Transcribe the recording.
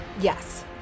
yes